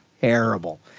terrible